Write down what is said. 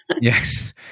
Yes